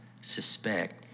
suspect